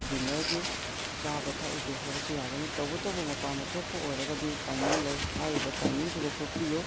ꯗꯤꯅ꯭ꯔꯒꯤ ꯆꯥꯕ ꯊꯛꯎꯒꯦ ꯍꯥꯏꯕꯁꯨ ꯌꯥꯒꯅꯤ ꯇꯧꯕꯇꯕꯨ ꯃꯄꯥꯟꯗ ꯊꯣꯛꯄ ꯑꯣꯏꯔꯒꯗꯤ ꯇꯥꯏꯃꯤꯡ ꯂꯩ ꯍꯥꯏꯔꯤꯕ ꯇꯥꯏꯃꯤꯡꯁꯤꯗ ꯊꯣꯛꯄꯤꯌꯨ